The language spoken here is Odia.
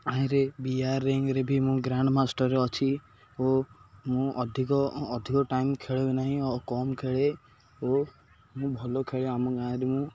ଗାଁରେ ବି ଆର୍ ରିଙ୍ଗରେ ବି ମୋ ଗ୍ରାଣ୍ଡ ମାଷ୍ଟର୍ରେ ଅଛି ଓ ମୁଁ ଅଧିକ ଅଧିକ ଟାଇମ୍ ଖେଳେ ନାହିଁ ଓ କମ୍ ଖେଳେ ଓ ମୁଁ ଭଲ ଖେଳେ ଆମ ଗାଁରେ ମୁଁ